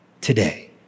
today